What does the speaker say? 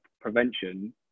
prevention